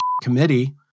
committee